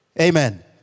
Amen